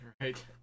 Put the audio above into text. Right